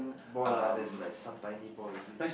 ball lah there's like some tiny ball is it